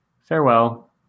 farewell